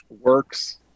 works